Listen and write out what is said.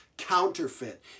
counterfeit